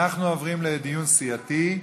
אנחנו עוברים לדיון הסיעתי.